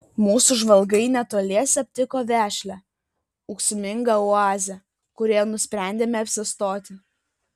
mūsų žvalgai netoliese aptiko vešlią ūksmingą oazę kurioje nusprendėme apsistoti